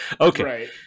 Okay